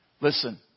Listen